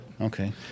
Okay